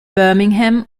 birmingham